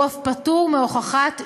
והוא אף פטור מהוכחת שיעורו.